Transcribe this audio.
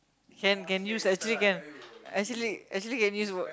can can use actually can actually actually can use what